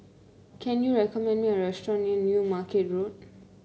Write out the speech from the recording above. can you recommend me a restaurant near New Market Road